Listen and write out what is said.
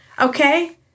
Okay